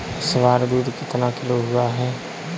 इस बार दूध कितना किलो हुआ है?